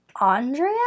Andrea